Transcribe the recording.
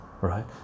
right